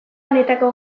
honetako